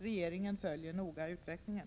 Regeringen följer noga utvecklingen.